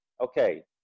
Okay